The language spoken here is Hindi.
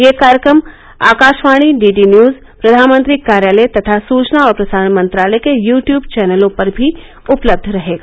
यह कार्यक्रम आकाशवाणी डीडी न्यूज प्रधानमंत्री कार्यालय तथा सुचना और प्रसारण मंत्रालय के यू ट्यूब चैनलों पर भी उपलब्ध रहेगा